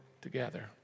together